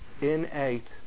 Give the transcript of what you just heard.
innate